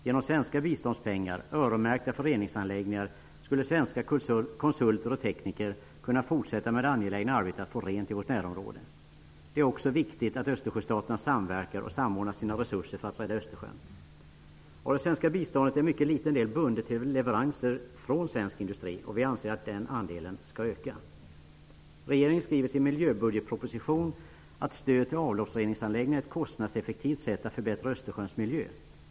Genom svenska biståndspengar, öronmärkta för reningsanläggningar, skulle svenska konsulter och tekniker kunna fortsätta med det angelägna arbetet att göra rent i vårt närområde. Det är också viktigt att Östersjöstaterna samverkar och samordnar sina resurser för att rädda Östersjön. Av det svenska biståndet är en mycket liten del bundet till leveranser från svensk industri. Vi anser att den andelen skall öka. Regeringen skriver i sin miljöbudgetproposition att stöd till avloppsreningsanläggningar är ett kostnadseffektivt sätt att förbättra miljön i Östersjön.